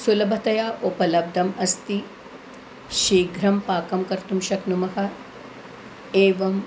सुलभतया उपलब्धम् अस्ति शीघ्रं पाकं कर्तुं शक्नुमः एवम्